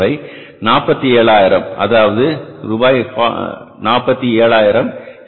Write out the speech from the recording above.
இதன் தொகை என்பது 47000 அதாவது ரூபாய் 47000